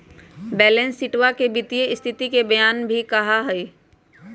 balance शीटवा के वित्तीय स्तिथि के बयान भी कहा हई